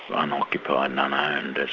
unoccupied and unowned as